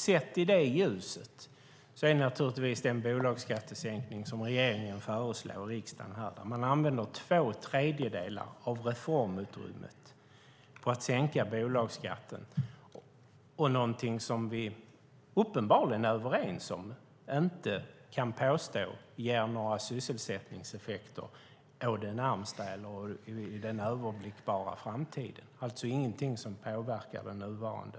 Sett i det ljuset är naturligtvis den bolagsskattesänkning som regeringen föreslår, där man använder två tredjedelar av reformutrymmet till att sänka bolagsskatten, någonting som vi uppenbarligen är överens om inte kan påstås ge några sysselsättningseffekter inom den överblickbara framtiden, ingenting som påverkar den nuvarande